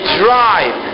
drive